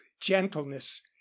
gentleness